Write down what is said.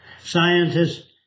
Scientists